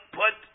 put